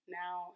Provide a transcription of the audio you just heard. now